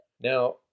now